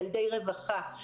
ילדי רווחה.